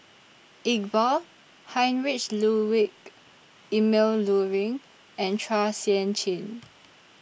Iqbal Heinrich Ludwig Emil Luering and Chua Sian Chin